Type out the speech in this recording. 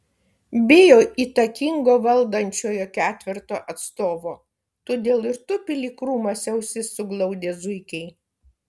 bijo įtakingo valdančiojo ketverto atstovo todėl ir tupi lyg krūmuose ausis suglaudę zuikiai